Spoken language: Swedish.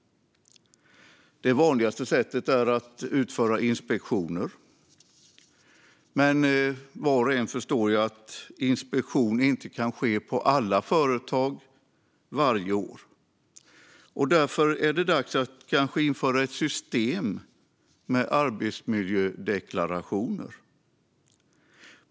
Det vanligaste sättet är att utföra inspektioner. Men var och en förstår att inspektion inte kan ske på alla företag varje år. Därför är det kanske dags att införa ett system med arbetsmiljödeklarationer.